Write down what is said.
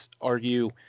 argue